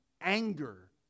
anger